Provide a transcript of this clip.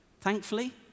Thankfully